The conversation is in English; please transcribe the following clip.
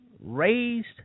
raised